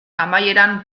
amaieran